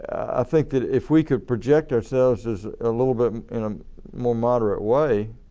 i think that if we can project ourselves as a little but and um more moderate way,